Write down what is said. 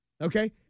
Okay